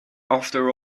after